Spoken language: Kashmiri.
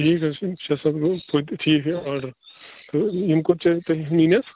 ٹھیٖک حظ چھُ شےٚ سَتھ گوٚو توتہِ ٹھیٖکھٕے آرڈر تہٕ یِم کوٚت چھِ تۄہہِ نِنۍ حظ